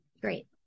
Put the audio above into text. Great